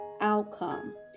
outcome